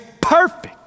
perfect